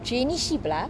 traineeship lah